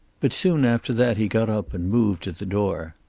but soon after that he got up, and moved to the door.